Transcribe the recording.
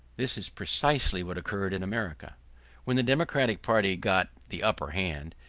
this is precisely what occurred in america when the democratic party got the upper hand,